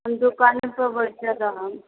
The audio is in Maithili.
हम दोकानेपर बैठल रहब